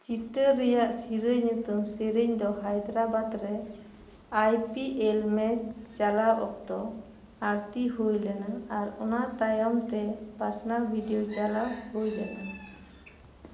ᱪᱤᱛᱟᱹᱨ ᱨᱮᱭᱟᱜ ᱥᱤᱨᱟᱹ ᱧᱩᱛᱩᱢ ᱥᱮᱨᱮᱧ ᱫᱚ ᱦᱟᱭᱫᱽᱨᱟᱵᱟᱫᱽ ᱨᱮ ᱟᱭ ᱯᱤ ᱮᱞ ᱢᱮᱪ ᱪᱟᱞᱟᱣ ᱚᱠᱛᱚ ᱟᱹᱲᱛᱤ ᱦᱩᱭ ᱞᱮᱱᱟ ᱟᱨ ᱚᱱᱟ ᱛᱟᱭᱚᱢ ᱛᱮ ᱯᱟᱥᱱᱟᱣ ᱵᱷᱤᱰᱭᱳ ᱪᱟᱞᱟᱣ ᱦᱩᱭ ᱞᱮᱱᱟ